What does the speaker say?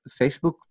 Facebook